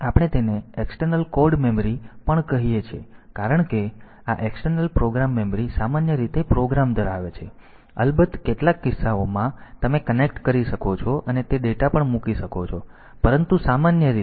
તેથી આપણે તેને એક્સટર્નલ કોડ મેમરી પણ કહીએ છીએ કારણ કે આ એક્સટર્નલ પ્રોગ્રામ મેમરી સામાન્ય રીતે પ્રોગ્રામ ધરાવે છે અલબત્ત કેટલાક કિસ્સાઓમાં તમે કનેક્ટ કરી શકો છો અને તે ડેટા પણ મૂકી શકો છો પરંતુ સામાન્ય રીતે